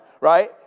right